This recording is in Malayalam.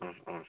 ആ ആ